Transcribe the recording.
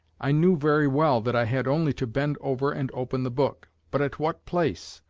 i knew very well that i had only to bend over and open the book but at what place?